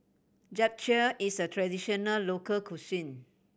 japchae is a traditional local cuisine